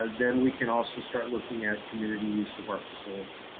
ah then we can also start looking at community use of our facilities.